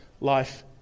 Life